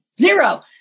zero